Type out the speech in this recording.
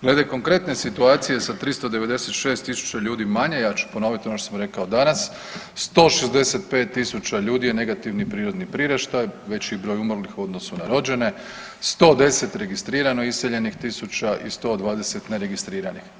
Glede konkretne situacije sa 396.000 ljudi manje ja ću ponoviti ono što sam rekao danas, 165.000 ljudi je negativni prirodni prirast, šta veći broj umrlih u odnosu na rođene, 110 registrirano iseljenih tisuća i 120 neregistriranih.